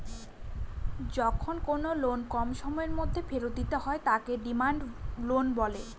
যখন কোনো লোন কম সময়ের মধ্যে ফেরত দিতে হয় তাকে ডিমান্ড লোন বলে